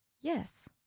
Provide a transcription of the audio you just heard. Yes